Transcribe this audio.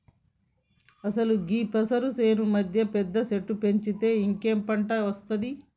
అసలు గీ పెసరు సేను మధ్యన పెద్ద సెట్టు పెంచితే ఇంకేం పంట ఒస్తాది